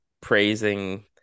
praising